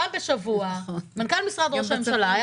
פעם בשבוע מנכ"ל משרד ראש הממשלה היה